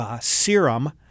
serum